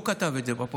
הוא כתב את זה בפוסט.